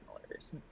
hilarious